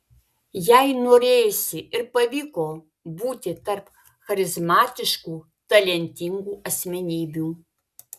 jai norėjosi ir pavyko būti tarp charizmatiškų talentingų asmenybių